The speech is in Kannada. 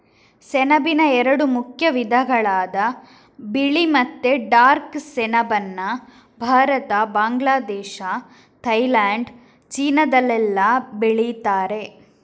ಸೆಣಬಿನ ಎರಡು ಮುಖ್ಯ ವಿಧಗಳಾದ ಬಿಳಿ ಮತ್ತೆ ಡಾರ್ಕ್ ಸೆಣಬನ್ನ ಭಾರತ, ಬಾಂಗ್ಲಾದೇಶ, ಥೈಲ್ಯಾಂಡ್, ಚೀನಾದಲ್ಲೆಲ್ಲ ಬೆಳೀತಾರೆ